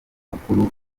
mukuru